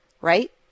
right